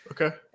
Okay